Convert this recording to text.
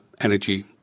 energy